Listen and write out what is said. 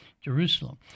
Jerusalem